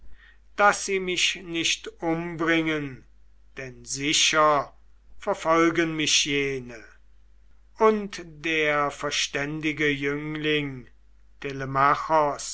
daß sie mich nicht umbringen denn sicher verfolgen mich jene und der verständige jüngling